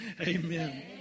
Amen